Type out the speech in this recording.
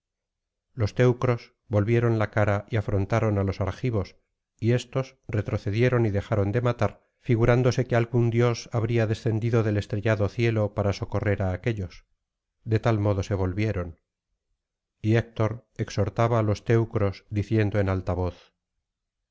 los teucros volvieron la cara y afrontaron á los argivos y éstos retrocedieron y dejaron de matar figurándose que algúnjdios habría descendido del estrellado cielo para socorrer á aquéllos de tal modo se volvieron y héctor exhortaba á los teucros diciendo en alta voz